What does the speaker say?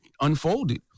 unfolded